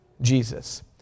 Jesus